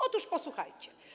Otóż posłuchajcie.